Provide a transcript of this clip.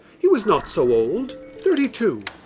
he was not so old thirty-two.